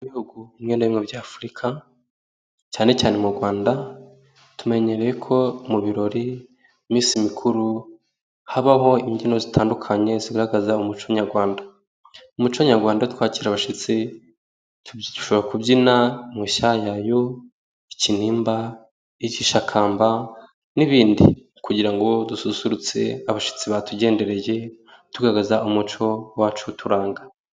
Ibihugu bimwe na bimwe bya Afurika cyane cyane mu Rwanda, tumenyereye ko mu birori mu minsi mikuru habaho imbyino zitandukanye zigaragaza umuco Nyarwanda. Umuco nyarwanda twakira abashyitsi dushobora kubyina mushyayayo, ikinimba, igishakamba n'ibindi, kugira ngo dususurutse abashyitsi batugendereye, tugagaragaza umuco wacu uturanga.